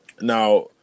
Now